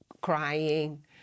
crying